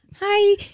Hi